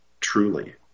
truly